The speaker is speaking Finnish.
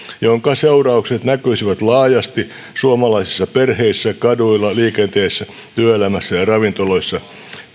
minkä seuraukset näkyisivät laajasti suomalaisissa perheissä kaduilla liikenteessä työelämässä ja ravintoloissa